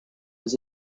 was